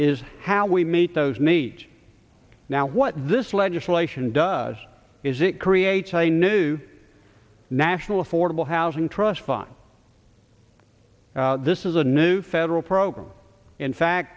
is how we meet those needs now what this legislation does is it creates a new national affordable housing trust fund this is a new federal program in fact